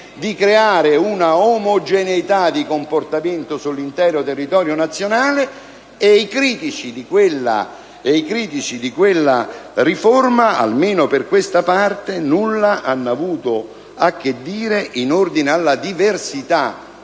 di creare una omogeneità di comportamento sull'intero territorio nazionale. I critici di quella riforma, almeno per questa parte, nulla hanno avuto a che dire in ordine alla diversità